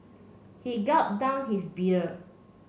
he gulp down his beer